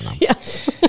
Yes